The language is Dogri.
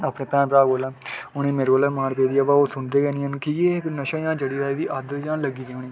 अपने भैन भ्राऽ कोला उ'नेंंई मेरे कोला बी मार पौंदी ऐ अवो ओह् सुनदे गै निं की की एह् इक नशा जन चढ़ी ए दा एह्दी आदत जन लग्गी दी